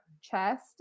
chest